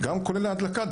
כולל בהדלקה,